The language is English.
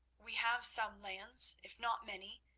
we have some lands, if not many,